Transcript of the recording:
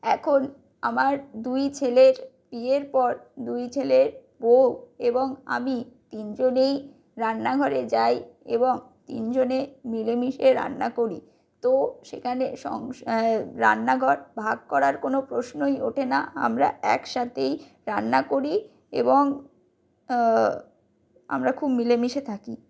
এখন আমার দুই ছেলের বিয়ের পর দুই ছেলের বউ এবং আমি তিনজনেই রান্নাঘরে যাই এবং তিনজনে মিলেমিশে রান্না করি তো সেখানে রান্নাঘর ভাগ করার কোনো প্রশ্নই ওঠেনা আমরা একসাথেই রান্না করি এবং আমরা খুব মিলেমিশে থাকি